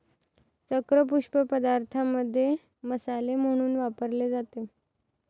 चक्र पुष्प पदार्थांमध्ये मसाले म्हणून वापरले जाते